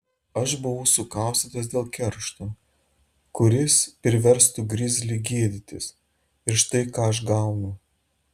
aš buvau sukaustytas dėl keršto kuris priverstų grizlį gėdytis ir štai ką aš gaunu